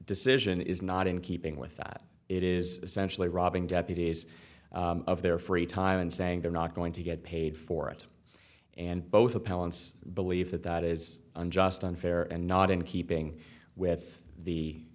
decision is not in keeping with that it is essentially robbing deputies of their free time and saying they're not going to get paid for it and both appellants believe that that is unjust unfair and not in keeping with the